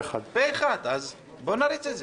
אז בואו נריץ את זה.